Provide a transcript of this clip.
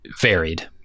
varied